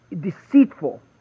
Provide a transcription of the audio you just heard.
deceitful